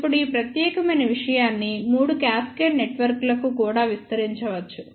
ఇప్పుడు ఈ ప్రత్యేకమైన విషయాన్ని మూడు క్యాస్కేడ్ నెట్వర్క్లకు కూడా విస్తరించవచ్చు